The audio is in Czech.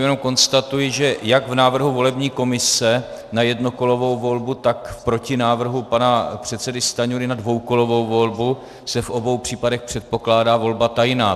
Jenom konstatuji, že jak v návrhu volební komise na jednokolovou volbu, tak v protinávrhu pana předsedy Stanjury na dvoukolovou volbu se v obou případech předpokládá volba tajná.